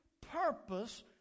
purpose